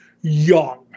young